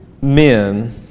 men